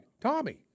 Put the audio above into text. Tommy